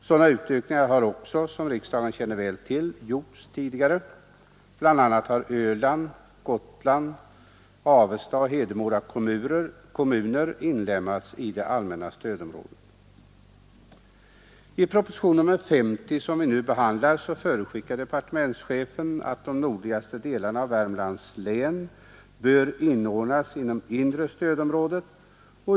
Sådana utvidgningar har också, som riksdagens ledamöter väl känner till, gjorts tidigare. Bl. a. har Öland och Gotland samt Avesta och Hedemora kommuner inlemmats i det allmänna stödområdet. I propositionen 50 förutskickar departementschefen att de nordligaste delarna av Värmlands län bör inordnas i det inre stödområdet.